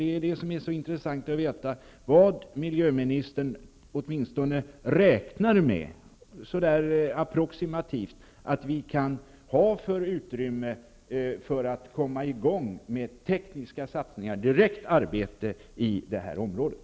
Det skulle vara mycket intressant att få veta vilket utrymme som miljöministern räknar med finns, åtminstone rent approximativt, för att komma i gång med tekniska satsningar i det här området.